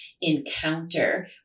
encounter